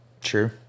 True